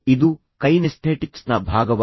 ಇದು ಕೈನೆಸ್ಥೆಟಿಕ್ಸ್ನ ಭಾಗವಾಗಿದೆ